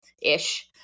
ish